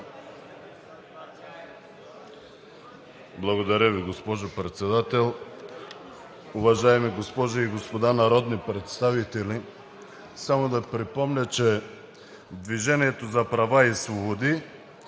Благодаря Ви, госпожо Председател. Уважаеми госпожи и господа народни представители! Само да припомня, че „Движение за права и свободи“